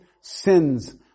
sins